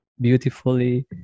beautifully